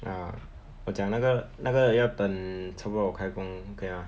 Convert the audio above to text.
ah 我讲那个那个要等差不多我开工 okay mah